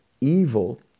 evil